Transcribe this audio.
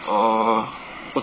orh